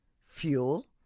fuel